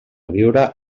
viure